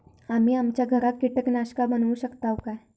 आम्ही आमच्या घरात कीटकनाशका बनवू शकताव काय?